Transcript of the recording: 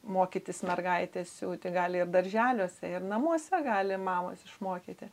mokytis mergaitės siūti gali ir darželiuose ir namuose gali mamos išmokyti